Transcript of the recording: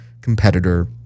competitor